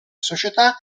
società